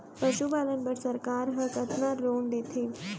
पशुपालन बर सरकार ह कतना लोन देथे?